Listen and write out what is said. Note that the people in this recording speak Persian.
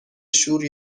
شور